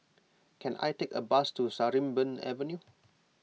can I take a bus to Sarimbun Avenue